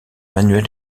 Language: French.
manuel